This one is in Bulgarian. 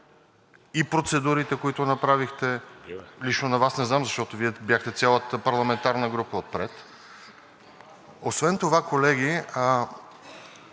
и процедурите, които направихте, лично на Вас не знам, защото Вие, цялата парламентарна група, бяхте отпред. Освен това, колеги,